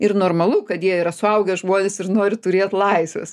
ir normalu kad jie yra suaugę žmonės ir nori turėt laisvės